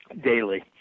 daily